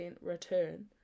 return